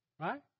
right